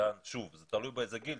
שוב זה תלוי באיזה גיל,